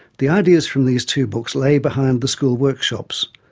the ideas from these two books lay behind the school workshops,